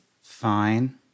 fine